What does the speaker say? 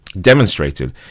demonstrated